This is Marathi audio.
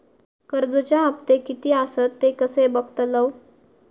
कर्जच्या हप्ते किती आसत ते कसे बगतलव?